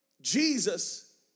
Jesus